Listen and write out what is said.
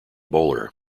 bowler